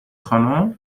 خانم